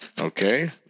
Okay